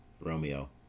ROMEO